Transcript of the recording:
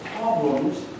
problems